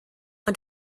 ond